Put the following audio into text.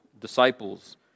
disciples